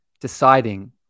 deciding